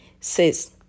says